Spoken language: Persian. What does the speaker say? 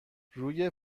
روی